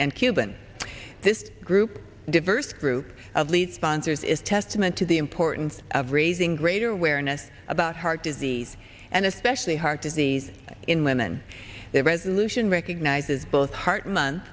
cuban this group diverse group of lead sponsors is testament to the importance of raising greater awareness about heart disease and especially heart disease in women the resolution